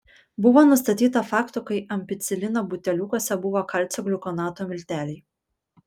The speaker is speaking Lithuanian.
buvo nustatyta faktų kai ampicilino buteliukuose buvo kalcio gliukonato milteliai